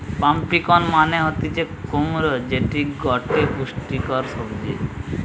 pumpkin মানে হতিছে কুমড়ো যেটি গটে পুষ্টিকর সবজি